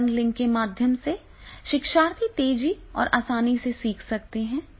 तरंग लिंक के माध्यम से शिक्षार्थी तेजी से और आसानी से सीख सकते हैं